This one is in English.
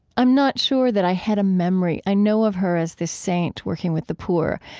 i'm not sure that i had a memory i know of her as this saint working with the poor.